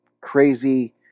crazy